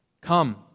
Come